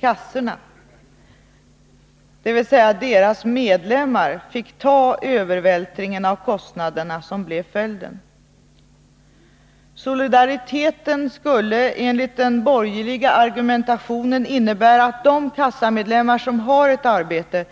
Kassorna, dvs. deras medlemmar, fick acceptera den övervältring av kostnaderna som blev följden. Solidariteten skulle enligt den borgerliga argumentationen innebära att de kassamedlemmar som har ett arbete